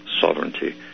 sovereignty